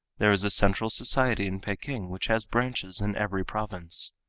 there is a central society in peking which has branches in every province.